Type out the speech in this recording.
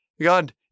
God